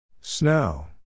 Snow